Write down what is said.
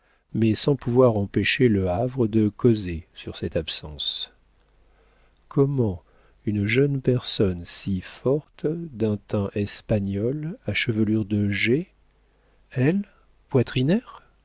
mais sans pouvoir empêcher le havre de causer sur cette absence comment une jeune personne si forte d'un teint espagnol à chevelure de jais elle poitrinaire